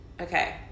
okay